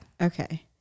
okay